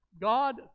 God